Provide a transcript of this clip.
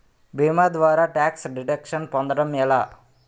భీమా ద్వారా tax deduction పొందటం ఎలా?